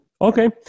Okay